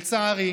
לצערי,